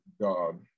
God